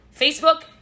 Facebook